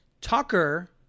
Tucker